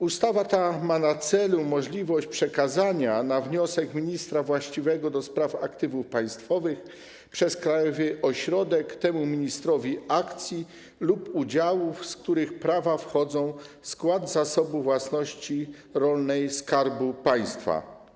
Ustawa ta ma na celu umożliwienie przekazania na wniosek ministra właściwego do spraw aktywów państwowych przez krajowy ośrodek temu ministrowi akcji lub udziałów, z których prawa wchodzą w skład Zasobu Własności Rolnej Skarbu Państwa.